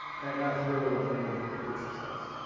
and that's really what made it a complete success.